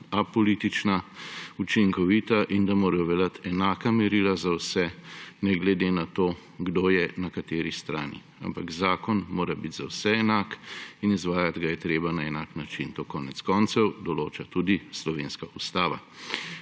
apolitična, učinkovita in da morajo veljati enaka merila za vse, ne glede na to, kdo je na kateri strani. Ampak zakon mora biti za vse enak in izvajati ga je treba na enak način. To konec koncev določa tudi slovenska ustava.